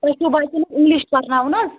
تۄہہِ چھُو بَچَن حظ اِنٛگلِش پرناوُن حظ